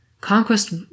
Conquest